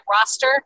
roster